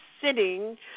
sitting